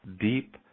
deep